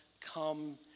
come